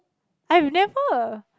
I've never